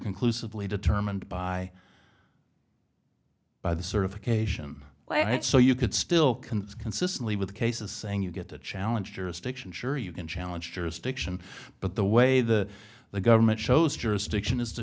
conclusively determined by by the certification so you could still can consistently with cases saying you get to challenge jurisdiction sure you can challenge jurisdiction but the way that the government shows jurisdiction is t